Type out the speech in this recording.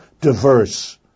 diverse